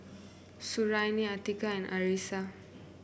Suriani Atiqah and Arissa